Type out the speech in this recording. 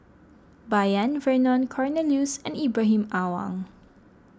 Bai Yan Vernon Cornelius and Ibrahim Awang